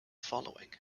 following